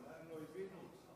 אולי הם לא הבינו אותך.